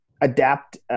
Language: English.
adapt